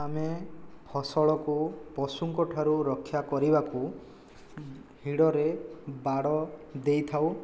ଆମେ ଫସଲକୁ ପଶୁଙ୍କଠାରୁ ରକ୍ଷା କରିବାକୁ ହିଡ଼ରେ ବାଡ଼ ଦେଇଥାଉ